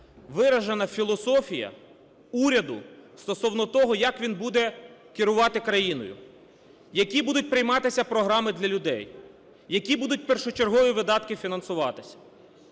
виражена філософія уряду стосовного того, як він буде керувати країною, які будуть прийматися програми для людей, які будуть першочергові видатки фінансуватися.